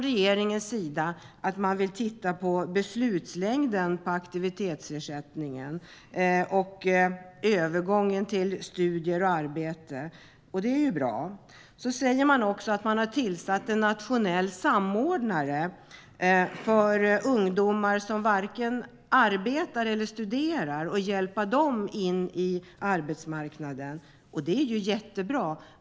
Regeringen säger att man vill titta på beslutslängden för aktivitetsersättningen och övergången till studier och arbete. Det är bra. Man säger också att man har tillsatt en nationell samordnare för ungdomar som varken arbetar eller studerar, för att hjälpa dem in på arbetsmarknaden. Det är jättebra.